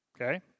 Okay